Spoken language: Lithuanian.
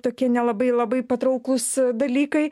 tokie nelabai labai patrauklūs dalykai